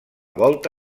volta